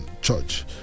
Church